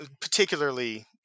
particularly